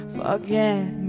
forget